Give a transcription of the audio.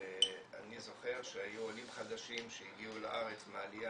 אני זוכר שהיו עולים חדשים שהגיעו לארץ מהעלייה